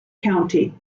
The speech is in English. county